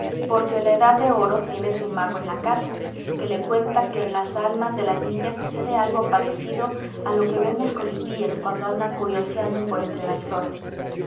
porque la edad de oro tiene su mago en la casa que le cuenta que en las almas de las niñas sucede algo parecido a lo que ven los colibríes cuando andan curioseando por entre las flores